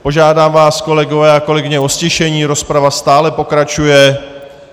Požádám vás, kolegové a kolegyně, o ztišení, rozprava stále pokračuje.